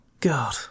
God